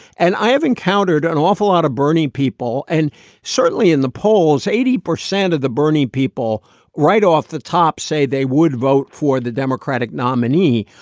and i have encountered an awful lot of bernie people. and certainly in the polls, eighty percent of the bernie people right off the top say they would vote for the democratic nominee.